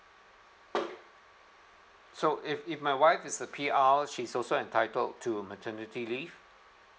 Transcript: so if if my wife is a P_R she's also entitled to maternity leave